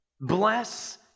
bless